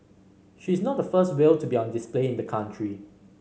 she is not the first whale to be on display in the country